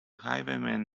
highwayman